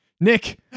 Nick